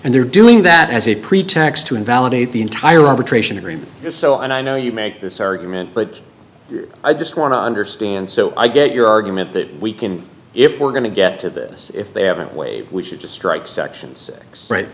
and they're doing that as a pretext to invalidate the entire arbitration agreement so i know you make this argument but i just want to understand so i get your argument that we can if we're going to get to this if they haven't wave which is just right sections